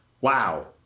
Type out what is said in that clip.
Wow